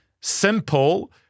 simple